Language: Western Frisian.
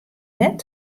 net